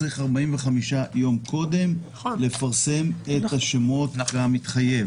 צריך 45 יום קודם לפרסם את השמות כמתחייב.